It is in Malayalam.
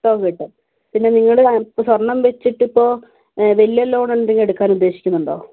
തുക കിട്ടും പിന്നെ നിങ്ങളുടെ സ്വർണ്ണം വച്ചിട്ടിപ്പോൾ വലിയ ലോൺ എന്തെങ്കിലും എടുക്കാൻ ഉദ്ദേശിക്കുന്നുണ്ടോ